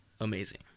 amazing